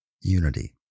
unity